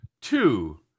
two